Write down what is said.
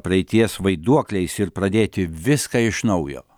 praeities vaiduokliais ir pradėti viską iš naujo